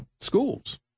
schools